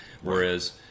whereas